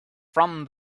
from